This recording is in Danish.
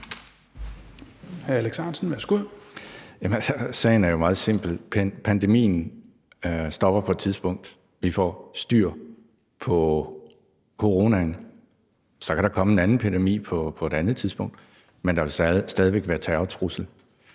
(DF): Jamen sagen er jo meget simpel. Pandemien stopper på et tidspunkt. Vi får styr på coronaen. Så kan der komme en anden pandemi på et andet tidspunkt, men der vil stadig væk være en terrortrussel,